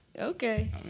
Okay